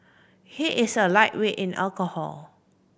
he is a lightweight in alcohol